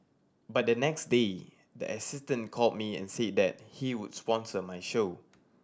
but the next day the assistant called me and said that he would sponsor my show